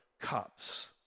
cups